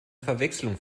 verwechslung